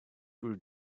grew